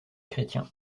chrétien